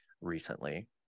recently